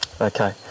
Okay